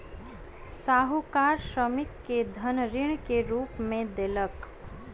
साहूकार श्रमिक के धन ऋण के रूप में देलक